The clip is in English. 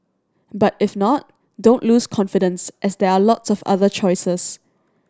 but if not don't lose confidence as there are lots of other choices